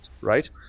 right